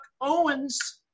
Owens